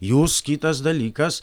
jūs kitas dalykas